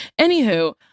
Anywho